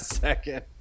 second